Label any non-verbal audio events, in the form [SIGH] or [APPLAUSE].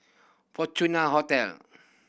Fortune [UNINTELLIGIBLE] Hotel